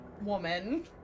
Woman